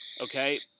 Okay